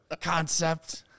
concept